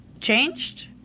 changed